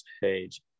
page